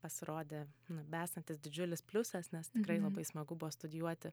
pasirodė nu beesantis didžiulis pliusas nes tikrai labai smagu buvo studijuoti